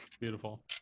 Beautiful